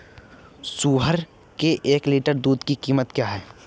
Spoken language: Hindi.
सुअर के एक लीटर दूध की कीमत क्या है?